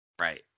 Right